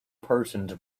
persons